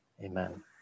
Amen